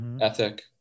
ethic